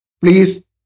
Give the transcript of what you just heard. please